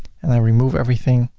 and i remove everything,